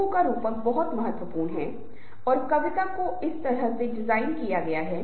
मूल रूप से कई बार ऐसा होता है कि शब्द टीम और समूह दोनों का उपयोग एक दूसरे से किया जाता है